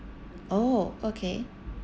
oh okay